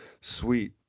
sweet